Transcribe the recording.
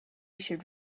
should